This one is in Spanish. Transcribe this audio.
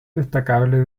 destacable